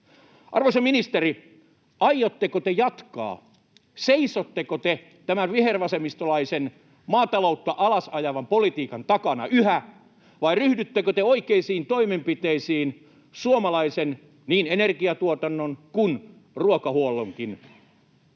Arvoisa ministeri, aiotteko te jatkaa? Seisotteko te tämän vihervasemmistolaisen maataloutta alas ajavan politiikan takana yhä vai ryhdyttekö te oikeisiin toimenpiteisiin suomalaisen niin energiatuotannon kuin ruokahuollonkin